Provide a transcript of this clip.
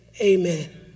amen